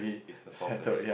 it's the soft already